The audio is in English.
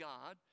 God